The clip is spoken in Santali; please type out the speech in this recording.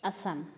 ᱟᱥᱟᱢ